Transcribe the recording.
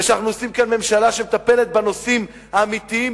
ואנחנו עושים כאן ממשלה שמטפלת בנושאים האמיתיים,